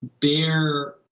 bear